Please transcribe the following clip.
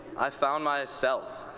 i found myself.